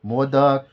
modak